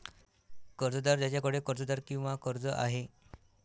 कर्जदार ज्याच्याकडे कर्जदार किंवा कर्ज आहे